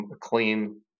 clean